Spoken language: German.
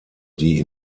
die